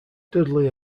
dudley